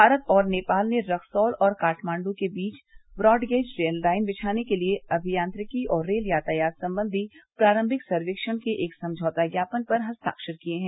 भारत और नेपाल ने रक्सौल और काठमांडू के बीच ब्रॉडगेज रेल लाइन बिछाने के लिए अभियांत्रिकी और रेल यातायात संबंधी प्रारमिक सर्वेक्षण के एक समझौता ज्ञापन पर हस्ताक्षर किए हैं